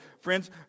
Friends